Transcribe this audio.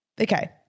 okay